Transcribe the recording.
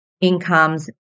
incomes